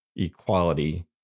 Equality